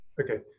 Okay